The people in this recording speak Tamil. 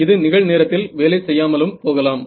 இது நிகழ் நேரத்தில் வேலை செய்யாமலும் போகலாம்